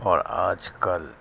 اور آج کل